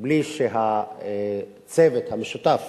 בלי שהצוות המשותף,